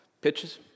pitches